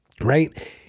right